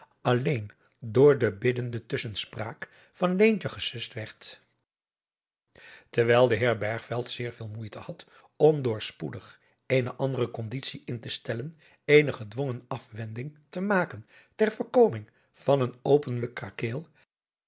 alleen door de biddende tusschenspraak van leentje gesust werd terwijl de heer bergveld zeer veel moeite had om door spoedig eene andere conditie in te stellen eene gedwongen aswending te maken ter voorkoming van een openlijk krakeel